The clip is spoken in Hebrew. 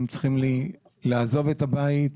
הם צריכים לעזוב את הבית,